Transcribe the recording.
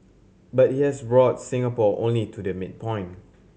but it has brought Singapore only to the midpoint